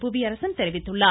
புவியரசன் ் தெரிவித்துள்ளார்